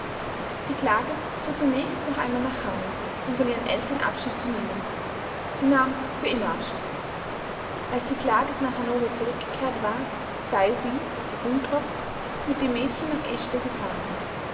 die klages fuhr zunächst noch einmal nach hameln um von ihren eltern abschied zu nehmen sie nahm für immer abschied als die klages nach hannover zurückgekehrt war sei sie die buntrock mit dem mädchen nach eschede gefahren